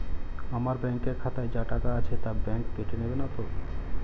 আমার ব্যাঙ্ক এর খাতায় যা টাকা আছে তা বাংক কেটে নেবে নাতো?